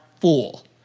fool